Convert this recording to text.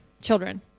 children